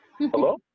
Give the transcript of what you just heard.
Hello